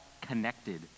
connected